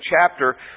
chapter